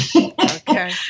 okay